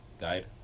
guide